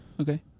Okay